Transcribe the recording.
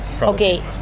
Okay